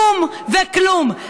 כלום וכלום.